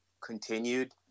continued